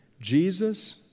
Jesus